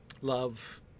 Love